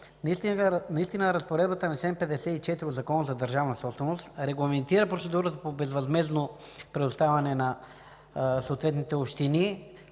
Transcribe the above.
отговор. Разпоредбата на чл. 54 от Закона за държавната собственост регламентира процедурата по безвъзмездно предоставяне на съответните общини